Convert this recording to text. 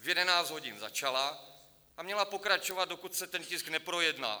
V 11 hodin začala a měla pokračovat, dokud se ten tisk neprojedná.